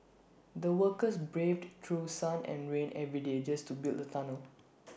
the workers braved through sun and rain every day just to build the tunnel